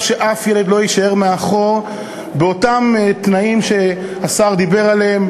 שאף ילד לא יישאר מאחור באותם תנאים שהשר דיבר עליהם,